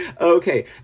Okay